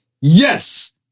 yes